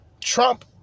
Trump